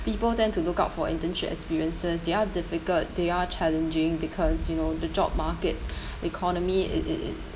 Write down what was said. people tend to look out for internship experiences they are difficult they are challenging because you know the job market economy it it it